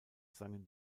sangen